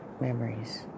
memories